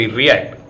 react